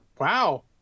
wow